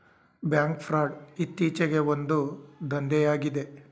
bank fraud ಇತ್ತೀಚೆಗೆ ಒಂದು ದಂಧೆಯಾಗಿದೆ